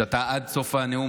שאתה, עד סוף הנאום